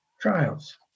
trials